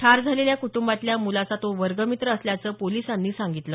ठार झालेल्या कुटंबातल्या मुलाचा तो वर्गमित्र असल्याचं पोलिसांनी सांगितलं